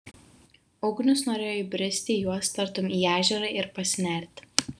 ugnius norėjo įbristi į juos tartum į ežerą ir pasinerti